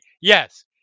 Yes